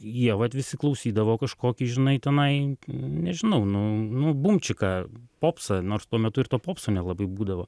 jie vat visi klausydavo kažkokį žinai tenai nežinau nu nu bumčiką popsą nors tuo metu ir to popso nelabai būdavo